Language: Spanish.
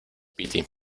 piti